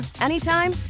anytime